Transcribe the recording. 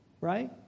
Right